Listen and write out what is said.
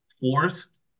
forced